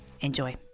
Enjoy